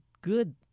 good